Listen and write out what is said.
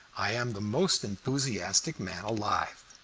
i am the most enthusiastic man alive.